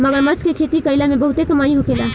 मगरमच्छ के खेती कईला में बहुते कमाई होखेला